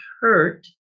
hurt